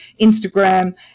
instagram